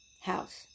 house